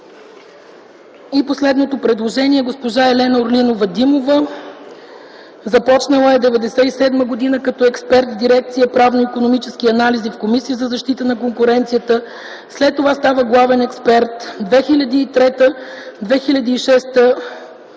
И последното предложение: госпожа Елена Орлинова Димова. Започнала е през 1997 г. като експерт в Дирекция „Правно-икономически анализи” в Комисията за защита на конкуренцията. След това става главен експерт, в периода